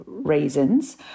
Reasons